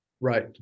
Right